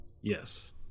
Yes